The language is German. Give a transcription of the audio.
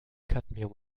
cadmium